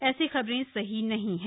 ऐसी खबरें सही नहीं हैं